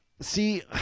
see